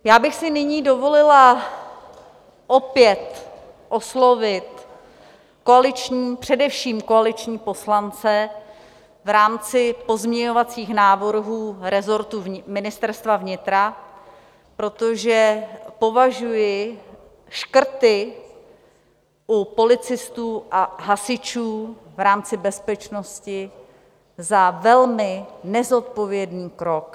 Já bych si nyní dovolila opět oslovit koaliční, především koaliční poslance, v rámci pozměňovacích návrhů resortu Ministerstva vnitra, protože považuji škrty u policistů a hasičů v rámci bezpečnosti za velmi nezodpovědný krok.